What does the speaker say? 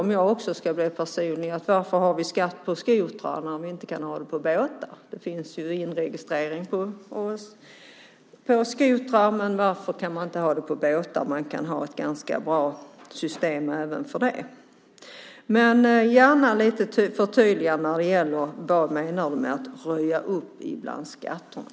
Om jag också ska bli personlig: Varför har vi skatt på skotrar när vi inte kan ha det på båtar? Det finns ju inregistrering på skotrar, men varför kan man inte ha det på båtar? Man kan ha ett ganska bra system även för det. Jag vill gärna att du förtydligar vad du menar med att röja upp bland skatterna.